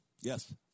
yes